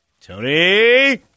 Tony